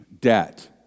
debt